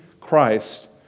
Christ